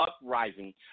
uprising